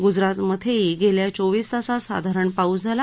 गुजरामधेही गेल्या चोवीस तासात साधारण पाऊस झाला